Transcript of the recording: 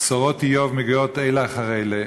בשורות איוב מגיעות בזו אחר זו,